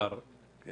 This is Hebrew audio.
אני